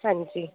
ਹਾਂਜੀ